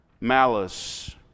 Malice